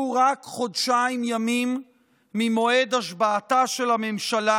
רק חודשיים ימים ממועד השבעתה של הממשלה,